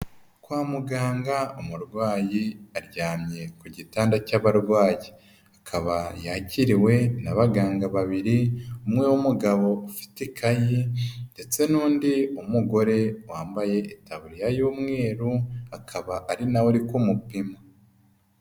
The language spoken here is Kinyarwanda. Kwa muganga umurwayi aryamye ku gitanda cy'abarwayi, akaba yakiriwe n'abaganga babiri umwe w'umugabo ufite ikayi ndetse n'undi w'umugore wambaye itaburiya y'umweru, akaba ari nawe ari kumupima.